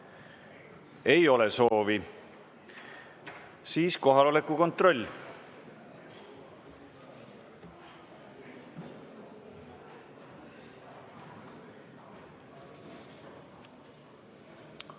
Ei ole soovi. Siis kohaloleku kontroll.